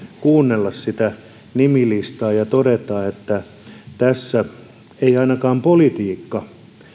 kuunnella sitä nimilistaa ja todeta että tässä ei ainakaan politiikka